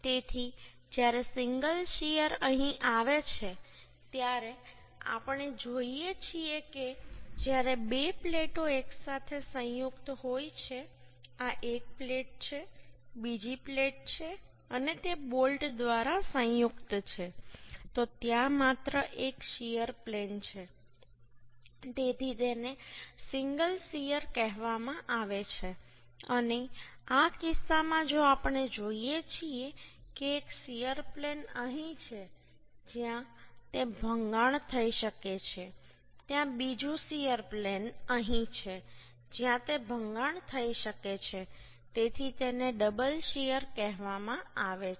તેથી જ્યારે single shear અહીં આવે છે ત્યારે આપણે જોઈએ છીએ કે જ્યારે બે પ્લેટો એકસાથે સંયુક્ત હોય છે આ એક પ્લેટ છે બીજી પ્લેટ છે અને તે બોલ્ટ દ્વારા સંયુક્ત છે તો ત્યાં માત્ર એક શીયર પ્લેન છે તેથી તેને સિંગલ શીયર કહેવામાં આવે છે અને આ કિસ્સામાં જો આપણે જોઈએ છીએ કે એક શીયર પ્લેન અહીં છે જ્યાં તે ભંગાણ થઈ શકે છે ત્યાં બીજું શીયર પ્લેન અહીં છે જ્યાં તે ભંગાણ થઈ શકે છે તેથી તેને ડબલ શીયર કહેવામાં આવે છે